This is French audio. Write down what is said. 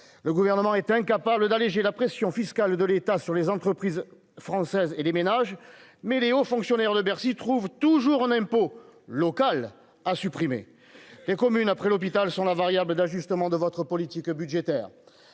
le gouvernement est incapable d'alléger la pression fiscale de l'État sur les entreprises françaises et les ménages mêlés aux fonctionnaires de Bercy trouve toujours en impôt local a supprimé les communes après l'hôpital sont la variable d'ajustement de votre politique budgétaire